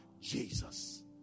Jesus